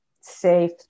safe